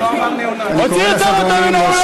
הוציא, מהאולם.